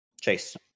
Chase